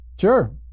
Sure